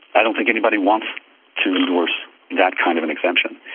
i don't think anybody wants to endorse that kind of an exemption.